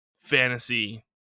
fantasy